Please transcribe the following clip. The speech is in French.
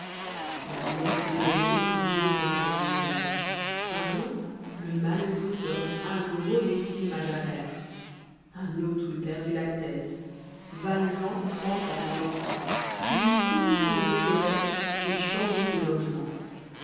madeleim faisait l'aumône aux pauvres pendant l'hiver un jour le malheureux donne un gros décime à javert un autre eût perdu la tête valjean pense àfson enfant il court ênleyer cosette et changer de logement